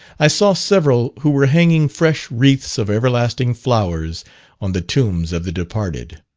i saw several who were hanging fresh wreaths of everlasting flowers on the tombs of the departed.